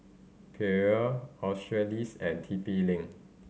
Perrier Australis and T P Link